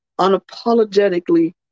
unapologetically